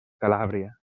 calàbria